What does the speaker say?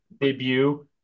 debut